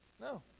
No